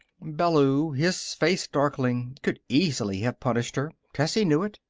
ballou, his face darkling, could easily have punished her. tessie knew it.